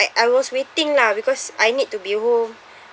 I was waiting lah because I need to be home